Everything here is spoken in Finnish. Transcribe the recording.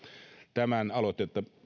tämän